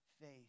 faith